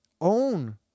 own